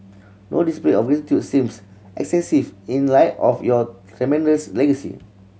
no display of gratitude seems excessive in light of your tremendous legacy